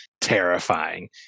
terrifying